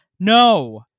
No